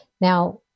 Now